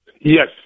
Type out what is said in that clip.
Yes